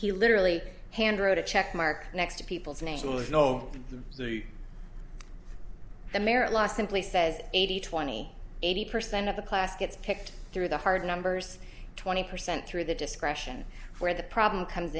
he literally hand wrote a check mark next to people's names and was no the merit law simply says eighty twenty eighty percent of the class gets picked through the hard numbers twenty percent through the discretion where the problem comes